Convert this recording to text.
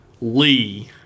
Lee